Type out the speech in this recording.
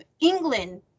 England